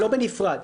לא בנפרד,